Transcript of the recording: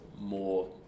more